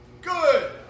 Good